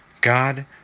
God